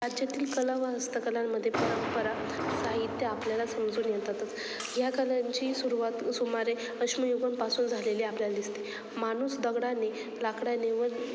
राज्यातील कला व हस्तकलांमध्ये परंपरा साहित्य आपल्याला समजून येतातच ह्या कलांची सुरुवात सुमारे अश्मयुगांपासून झालेली आपल्याला दिसते माणूस दगडाने लाकडाने व